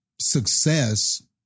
success